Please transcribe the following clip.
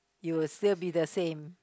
you will still be the same